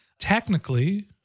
technically